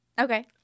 Okay